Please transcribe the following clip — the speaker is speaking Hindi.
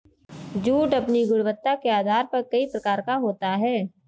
जूट अपनी गुणवत्ता के आधार पर कई प्रकार का होता है